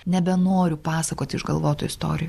nebenoriu pasakoti išgalvotų istorijų